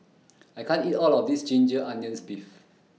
I can't eat All of This Ginger Onions Beef